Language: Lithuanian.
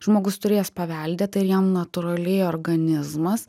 žmogus turės paveldėtą ir jam natūraliai organizmas